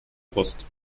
brust